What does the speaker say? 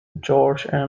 george